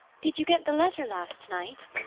did you get the letter last night?